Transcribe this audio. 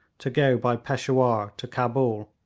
to go by peshawur to cabul,